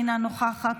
אינה נוכחת,